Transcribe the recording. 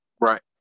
right